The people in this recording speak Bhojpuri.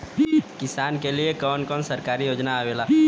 किसान के लिए कवन कवन सरकारी योजना आवेला?